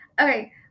Okay